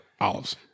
Olives